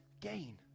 gain